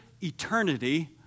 eternity